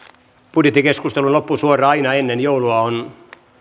budjettikeskustelun loppusuora aina ennen joulua on